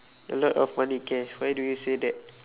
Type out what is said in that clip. a lot of money K why do you say that